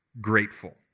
grateful